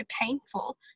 painful